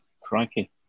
Crikey